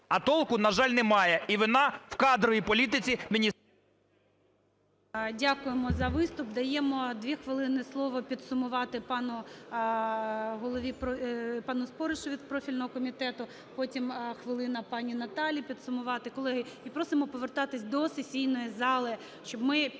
а толку, на жаль, немає. І вина в кадровій політиці…